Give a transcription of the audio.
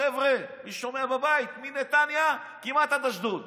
חבר'ה, מי ששומע בבית, מנתניה כמעט עד אשדוד.